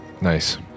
nice